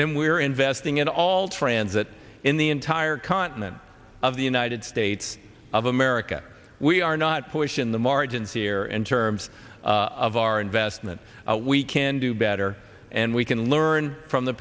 then we're investing in all transit in the entire continent of the united states of america we are not pushing the margins here in terms of our investment we can do better and we can learn from the